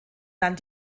dann